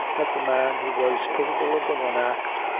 that the man who was capable of the one act,